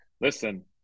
listen